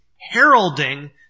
heralding